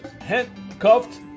handcuffed